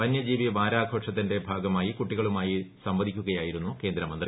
വന്യജീവി വാരാഘോഷത്തിന്റെ ഭാഗമ്മീയി കുട്ടികളുമായി സംവദിക്കുക യായിരുന്നു കേന്ദ്രമന്ത്രി